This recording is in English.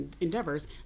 endeavors